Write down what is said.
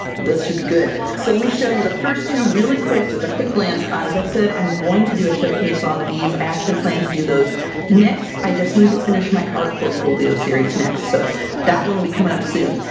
this should be good! so let me show you the first two really quick. just a quick glance. as i said, i'm going to do a showcase on these! i actually plan to do those next, i just need to finish my art portfolio series next. so that one'll come up soon.